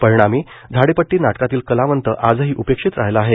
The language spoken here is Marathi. परिणामी झाडीपट्टी नाटकातील कलावंत आजही उपेक्षीत राहिला आहे